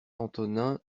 antonin